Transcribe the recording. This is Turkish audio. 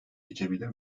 geçebilir